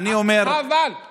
חבל.